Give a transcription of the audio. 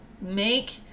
make